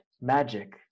Magic